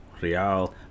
Real